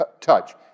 touch